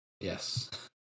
Yes